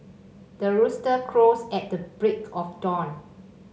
the rooster crows at the break of dawn